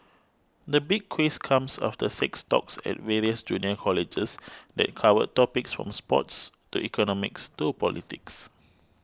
the Big Quiz comes after six talks at various junior colleges that covered topics from sports to economics to politics